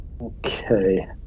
Okay